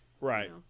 Right